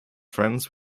friends